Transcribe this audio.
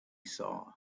saw